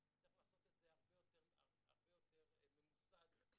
צריך לעשות את זה הרבה יותר ממוסד ונכון.